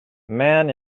man